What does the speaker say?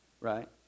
Right